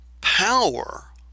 power